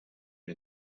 wie